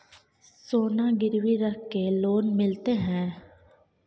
सोना गिरवी रख के लोन मिलते है?